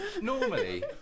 normally